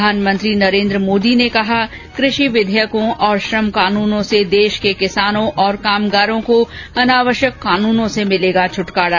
प्रधानमंत्री नरेन्द्र मोदी ने कहा कृषि विधेयकों और श्रम कानूनों से देश के किसानों और कामगारों को अनावश्यक कानूनों से मिलेगा छुटकारा